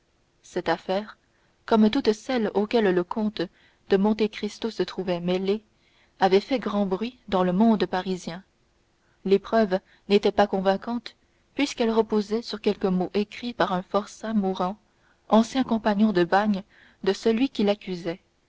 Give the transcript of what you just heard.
cette affaire comme toutes celles auxquelles le comte de monte cristo se trouvait mêlé avait fait grand bruit dans le monde parisien les preuves n'étaient pas convaincantes puisqu'elles reposaient sur quelques mots écrits par un forçat mourant ancien compagnon de bagne de celui qu'il accusait